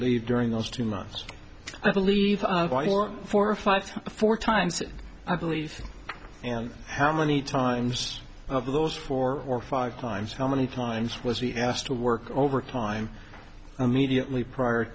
leave during those two months i believe four or five four times i believe and how many times of those four or five times how many times was he asked to work over time immediately prior